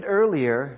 earlier